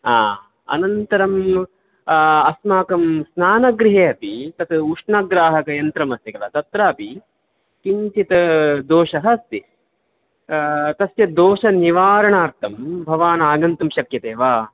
आम् अनन्तरं अस्माकं स्नानगृहे अपि तत् उष्णग्राहकयन्त्रमस्ति किल तत्रापि किञ्चित् दोषः अस्ति तस्य दोषनिवारणार्थं भवान् आगन्तुं शक्यते वा